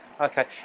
Okay